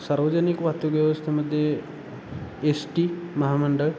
सार्वजनिक वाहतुक व्यवस्थेमध्ये एस टी महामंडळ